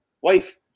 wife